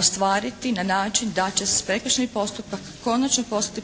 ostvariti na način da će se prekršajni postupak konačno postati